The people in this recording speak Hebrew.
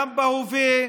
גם בהווה,